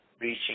reaching